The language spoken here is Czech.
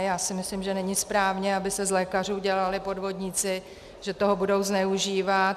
Já si myslím, že není správně, aby se z lékařů dělali podvodníci, že toho budou zneužívat.